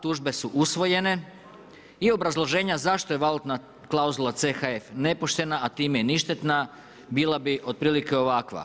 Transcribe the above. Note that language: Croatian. Tužbe su usvojene i obrazloženja zašto je valutna klauzula CHF nepoštena, a time i ništetna bila bi otprilike ovakva.